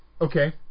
Okay